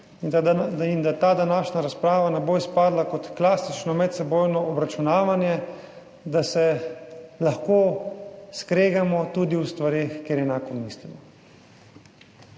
in da ta današnja razprava ne bo izpadla kot klasično medsebojno obračunavanje, da se lahko skregamo tudi o stvareh, kjer enako mislimo.